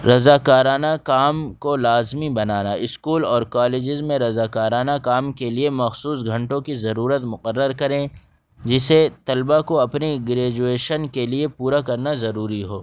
رضا کارانہ کام کو لازمی بنانا اسکول اور کالجز میں رضا کارانہ کام کے لیے مخصوص گھنٹوں کی ضرورت مقرر کریں جس سے طلبا کو اپنے گریجویشن کے لیے پورا کرنا ضروری ہو